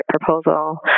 proposal